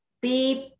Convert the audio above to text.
beep